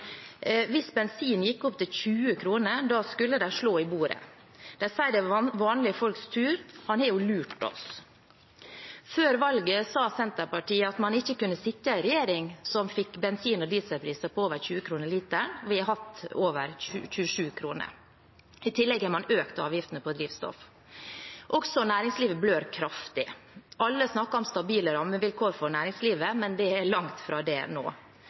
Hvis bensinen gikk opp til 20, da skulle de slå i bordet. De sier det er vanlige folks tur. Han har jo lurt oss.», Før valget sa Senterpartiet at man ikke kunne sitte i en regjering som fikk bensin- og dieselpriser på over 20 kr per liter. Vi har hatt over 27 kr, og i tillegg har man økt avgiftene på drivstoff. Også næringslivet blør kraftig. Alle snakker om stabile rammevilkår for næringslivet, men det er langt fra det nå.